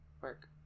Work